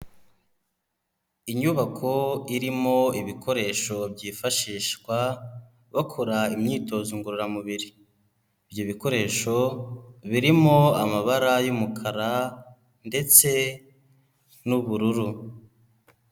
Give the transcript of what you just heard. Inyubako irimo ibikoresho byifashishwa bakora imyitozo ngororamubiri, ibyo bikoresho birimo amabara y'umukara ndetse n'ubururu.